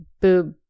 boob